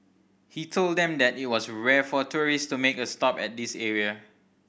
he told them that it was rare for tourists to make a stop at this area